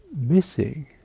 missing